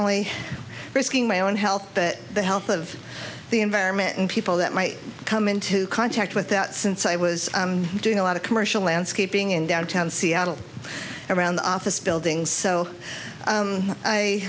only risking my own health but the health of the environment and people that might come into contact with that since i was doing a lot of commercial landscaping in downtown seattle around the office buildings so